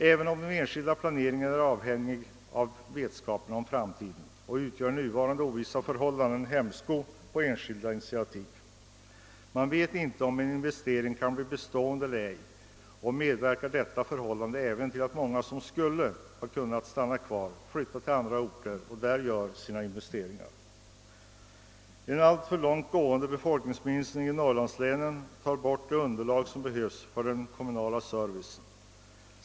även den 2nskilda planeringen är avhängig av vetskapen om framtiden, och nuvarande ovissa förhållanden utgör en hämsko på enskilda initiativ. Man vet inte om en investering kan bli bestående, och detta förhållande medverkar till att många, som skulle kunna stanna kvar, flyttar till andra orter och där gör sina investeringar. En alltför långt gående befolkningsminskning i norrlandslänen tar bort det underlag som behövs för den kom munala servicen.